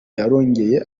yarongeye